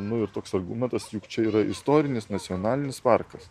nu ir toks argumentas juk čia yra istorinis nacionalinis parkas